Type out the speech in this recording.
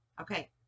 Okay